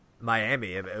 Miami